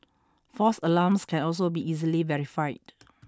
false alarms can also be easily verified